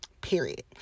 period